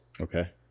Okay